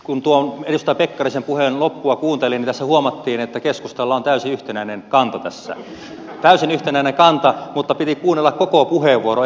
kun edustaja pekkarisen puheen loppua kuuntelin niin tässä huomattiin että keskustalla on täysin yhtenäinen kanta tässä mutta piti kuunnella koko puheenvuoro erinomainen puheenvuoro